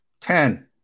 Ten